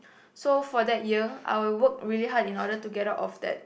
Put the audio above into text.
so for that year I worked really hard in order to get out of that